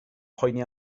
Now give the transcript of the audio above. poeni